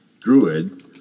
Druid